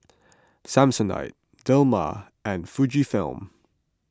Samsonite Dilmah and Fujifilm